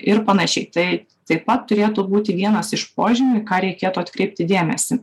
ir panašiai tai taip pat turėtų būti vienas iš požymių į ką reikėtų atkreipti dėmesį